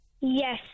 yes